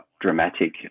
dramatic